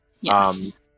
Yes